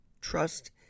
Trust